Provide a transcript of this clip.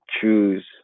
choose